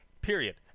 Period